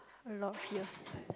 a lot of years